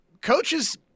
coaches